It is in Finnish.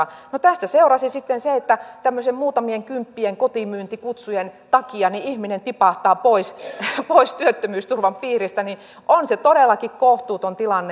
no tästä seurasi sitten se että tämmöisten muutamien kymppien kotimyyntikutsujen takia ihminen tipahtaa pois työttömyysturvan piiristä on se todellakin kohtuuton tilanne